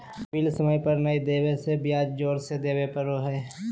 bill समय पर नयय देबे से ब्याज जोर के देबे पड़ो हइ